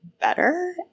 better